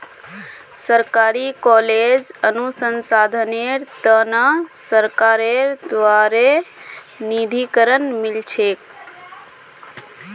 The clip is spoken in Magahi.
सरकारी कॉलेजक अनुसंधानेर त न सरकारेर द्बारे निधीकरण मिल छेक